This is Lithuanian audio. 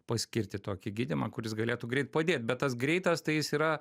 paskirti tokį gydymą kuris galėtų greit padėt bet tas greitas tai jis yra